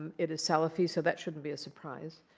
it is salafi. so that shouldn't be a surprise.